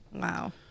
Wow